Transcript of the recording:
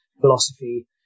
philosophy